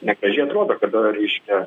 negražiai atrodo kada reiškia